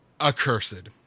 Accursed